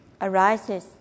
arises